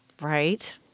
Right